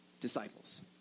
disciples